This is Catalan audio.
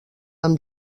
amb